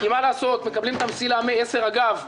מקבלים את המסילה מ-22:00 אגב,